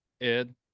Ed